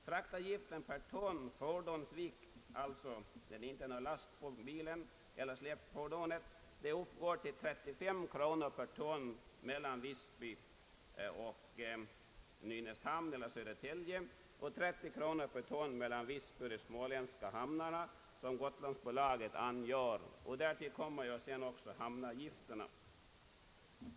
Fraktavgiften per ton fordonsvikt, alltså utom lasten på bilen eller släpfordonet, uppgår till 35 kronor per ton mellan Visby och Nynäshamn eller Södertälje och 30 kronor per ton mellan Visby och de smålandshamnar som gotlandsbåtarna angör. Därtill kommer hamnavgifter.